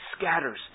Scatters